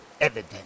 evidence